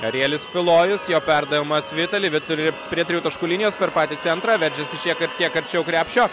arielis tulojus jo perdavimas vitali vitali prie trijų taškų linijos per patį centrą veržiasi šiek tiek arčiau krepšio